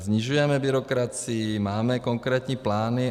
Snižujeme byrokracii, máme konkrétní plány.